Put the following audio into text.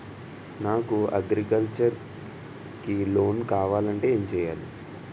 నాకు అగ్రికల్చర్ కి లోన్ కావాలంటే ఏం చేయాలి?